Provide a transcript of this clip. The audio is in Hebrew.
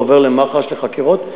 זה עובר למח"ש לחקירות,